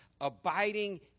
abiding